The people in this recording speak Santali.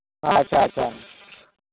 ᱟᱪᱪᱷᱟ ᱟᱪᱪᱷᱟ